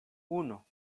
uno